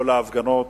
כל ההפגנות,